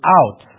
out